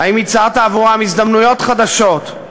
האם ייצרת עבורם הזדמנויות חדשות?